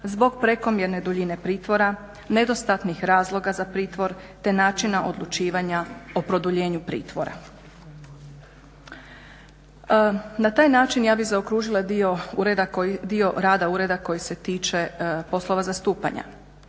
zbog prekomjerne duljine pritvora, nedostatnih razloga za pritvor te načina odlučivanja o produljenju pritvora. Na taj način ja bih zaokružila dio rada ureda koji se tiče poslova zastupanja.